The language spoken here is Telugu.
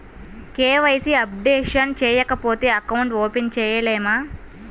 కే.వై.సి అప్డేషన్ చేయకపోతే అకౌంట్ ఓపెన్ చేయలేమా?